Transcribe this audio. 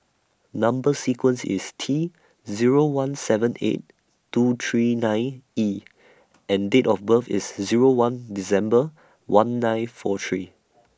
Number sequence IS T Zero one seven eight two three nine E and Date of birth IS Zero one December one nine four three